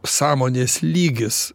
sąmonės lygis